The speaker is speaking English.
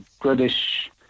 British